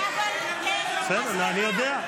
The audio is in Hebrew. אני יודע.